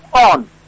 on